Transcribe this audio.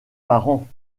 parent